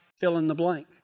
fill-in-the-blank